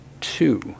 two